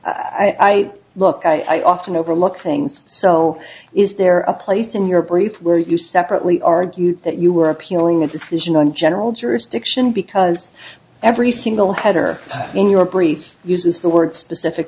ite look i often overlooked things so is there a place in your brief where you separately argued that you were appearing a decision on general jurisdiction because every single header in your briefs uses the word specific